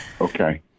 Okay